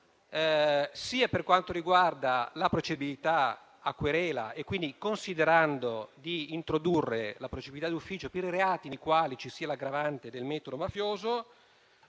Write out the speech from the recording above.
sia per quanto riguarda la procedibilità a querela, considerando di introdurre la procedibilità d'ufficio per i reati per i quali ci sia l'aggravante del metodo mafioso,